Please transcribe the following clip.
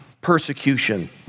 persecution